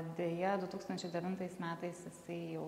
deja du tūkstančiai devintais metais jisai jau